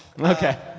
Okay